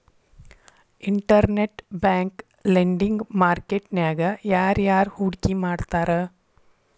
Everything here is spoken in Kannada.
ಇನ್ಟರ್ನೆಟ್ ಬ್ಯಾಂಕ್ ಲೆಂಡಿಂಗ್ ಮಾರ್ಕೆಟ್ ನ್ಯಾಗ ಯಾರ್ಯಾರ್ ಹೂಡ್ಕಿ ಮಾಡ್ತಾರ?